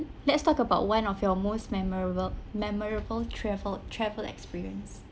let's talk about one of your most memorable memorable travel travel experience